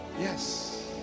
Yes